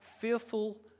fearful